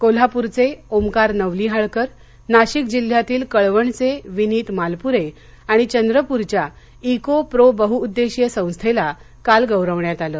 कोल्हापूरचे ओंकार नवलिहाळकर नाशिक जिल्ह्यातील कळवणचे विनीत मालपुरे आणि चंद्रपूरच्या इको प्रो बहुउद्देशीय संस्थेला काल गौरवण्यात आलं